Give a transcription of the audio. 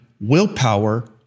willpower